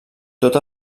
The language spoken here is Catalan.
tot